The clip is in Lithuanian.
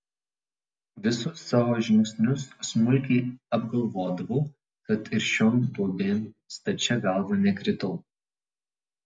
visus savo žingsnius smulkiai apgalvodavau tad ir šion duobėn stačia galva nekritau